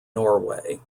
norway